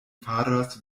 faras